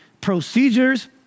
procedures